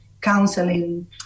counseling